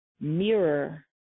mirror